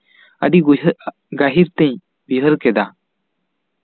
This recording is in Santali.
ᱟᱹᱰᱤ ᱜᱩᱭᱦᱟᱹᱜᱼᱟ ᱜᱟᱹᱦᱤᱨ ᱛᱤᱧ ᱩᱭᱦᱟᱹᱨ ᱠᱮᱫᱟ